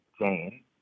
Jane